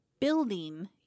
building